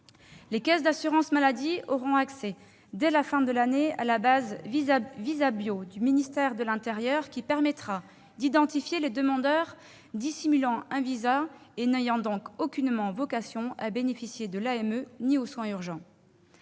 Les caisses d'assurance maladie auront accès, dès la fin de l'année, à la base Visabio du ministère de l'intérieur, qui permettra d'identifier les demandeurs dissimulant un visa et n'ayant donc aucunement vocation à bénéficier de l'AME ou des soins urgents.